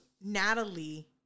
Natalie